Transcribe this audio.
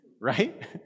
right